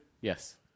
Yes